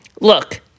Look